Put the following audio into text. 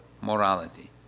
morality